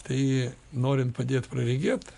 tai norint padėt praregėt